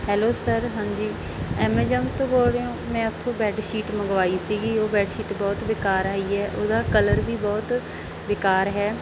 hello sir ਹਾਂਜੀ Amazon ਤੋਂ ਬੋਲ ਰਹੇ ਹੋ ਮੈਂ ਉੱਥੋਂ ਬੈਡ ਸ਼ੀਟ ਮੰਗਵਾਈ ਸੀਗੀ ਉਹ ਬੈਡ ਸ਼ੀਟ ਬਹੁਤ ਬੇਕਾਰ ਆਈ ਹੈ ਉਹਦਾ ਕਲਰ ਵੀ ਬਹੁਤ ਬੇਕਾਰ ਹੈ